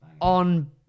on